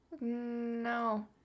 No